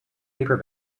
paper